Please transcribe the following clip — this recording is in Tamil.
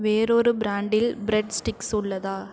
வேறொரு ப்ராண்டில் ப்ரெட் ஸ்டிக்ஸ் உள்ளதா